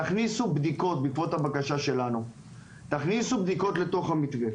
תכניסו בדיקות בעקבות הבקשה שלנו לתוך המתווה.